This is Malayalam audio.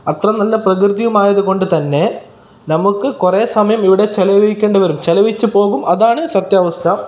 അത്ര നല്ല പ്രകൃതിയുമായതു കൊണ്ട് തന്നെ നമുക്ക് കുറെ സമയം ഇവിടെ ചിലവഴിക്കേണ്ടി വരും ചിലവഴിച്ച് പോകും അതാണ് സത്യാവസ്ഥ